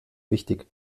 wichtig